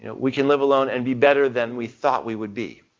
you know we can live alone and be better than we thought we would be,